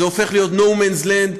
זה הופך להיות no man's land,